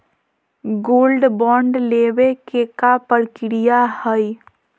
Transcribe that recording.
Gold bond लेवे के का प्रक्रिया हई?